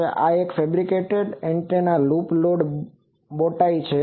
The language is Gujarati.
તો આ એક fabricated antenna loop load bowtie છે